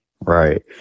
Right